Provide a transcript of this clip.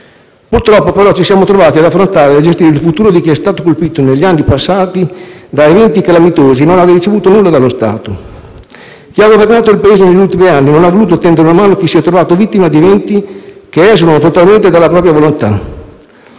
Purtroppo, però, ci siamo trovati ad affrontare e gestire il futuro di chi è stato colpito negli anni passati da eventi calamitosi e non ha ricevuto nulla dallo Stato. Chi ha governato il Paese negli ultimi anni non ha voluto tendere una mano a chi si è trovato vittima di eventi che esulano totalmente dalla propria volontà;